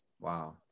wow